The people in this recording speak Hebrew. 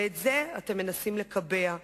ואת זה אתם מנסים לקבע.